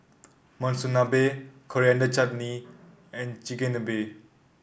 Monsunabe Coriander Chutney and Chigenabe